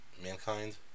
Mankind